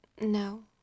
No